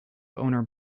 owner